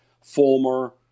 former